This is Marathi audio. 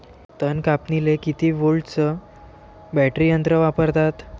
तन कापनीले किती व्होल्टचं बॅटरी यंत्र वापरतात?